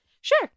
Sure